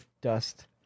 dust